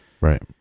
right